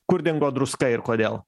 kur dingo druska ir kodėl